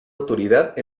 autoridad